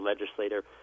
legislator